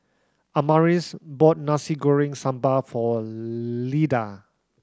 Amaris bought Nasi Goreng Sambal for Lyda